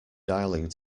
dialling